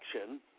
action